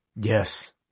Yes